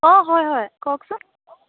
অ হয় হয় কওকচোন